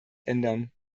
ändern